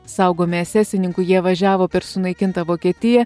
saugomi esesininkų jie važiavo per sunaikintą vokietiją